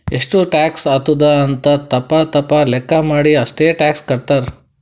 ಎಷ್ಟು ಟ್ಯಾಕ್ಸ್ ಆತ್ತುದ್ ಅಂತ್ ತಪ್ಪ ತಪ್ಪ ಲೆಕ್ಕಾ ಮಾಡಿ ಅಷ್ಟೇ ಟ್ಯಾಕ್ಸ್ ಕಟ್ತಾರ್